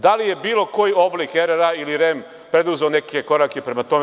Da li je bilo koji oblik RRA ili REM preduzeo neke korake prema tome?